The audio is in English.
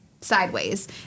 sideways